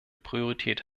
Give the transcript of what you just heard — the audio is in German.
priorität